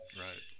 Right